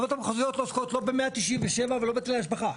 לא עוסקות לא ב-197 ולא בהיטלי השבחה.